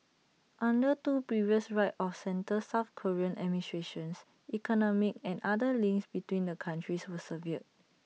under two previous right of centre south Korean administrations economic and other links between the countries were severed